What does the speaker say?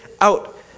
out